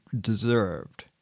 deserved